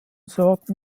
sorten